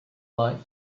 life